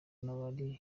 n’abari